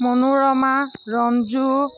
Manorama Ranju